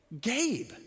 Gabe